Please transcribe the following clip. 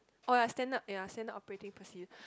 oh ya standard standard operating procedure